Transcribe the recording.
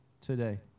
today